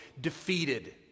defeated